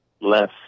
less